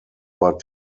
but